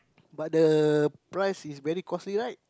but the price is very costly right